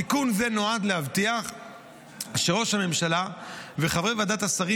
תיקון זה נועד להבטיח שראש הממשלה וחברי ועדת השרים